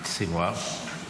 סנוואר.